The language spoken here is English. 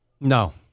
No